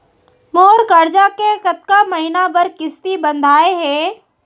मोर करजा के कतका महीना बर किस्ती बंधाये हे?